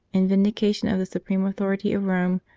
in vindication of the supreme authority of rome,